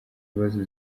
bibazo